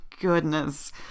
goodness